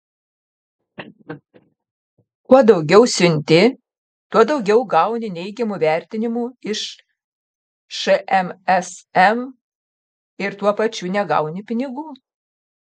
kuo daugiau siunti tuo daugiau gauni neigiamų vertinimų iš šmsm ir tuo pačiu negauni pinigų